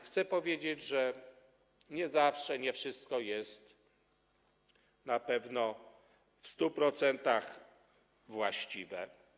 Chcę powiedzieć, że nie zawsze wszystko jest na pewno w 100% właściwe.